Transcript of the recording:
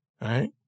right